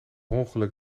ongeluk